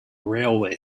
railway